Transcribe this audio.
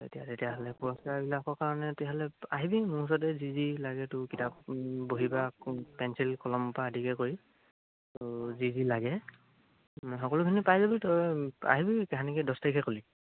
এতিয়া তেতিয়াহ'লে পুৰস্কাৰবিলাকৰ কাৰণে তেতিয়াহ'লে আহিবি মোৰ ওচৰতে যি যি লাগে তোৰ কিতাপ বহী বা পেঞ্চিল কলমৰপৰা আদিকে কৰি তোৰ যি যি লাগে সকলোখিনি পাই যাবি তই আহিবি কাহানিকে দহ তাৰিখে ক'লি